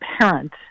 parent